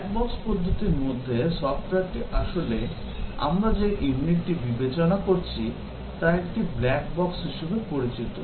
black box পদ্ধতির মধ্যে সফ্টওয়্যারটি আসলে আমরা যে ইউনিটটি বিবেচনা করছি তা একটি ব্ল্যাক বক্স হিসাবে বিবেচিত